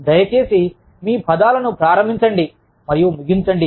దయచేసి మీ పదాలను ప్రారంభించండి మరియు ముగించండి